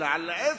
אלא על עצם